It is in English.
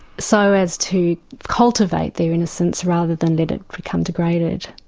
so as to cultivate their innocence, rather than let it become degraded.